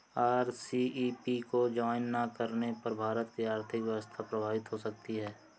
RCEP को join ना करने पर भारत की आर्थिक व्यवस्था प्रभावित हो सकती है